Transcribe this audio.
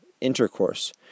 intercourse